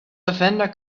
lavender